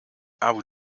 abu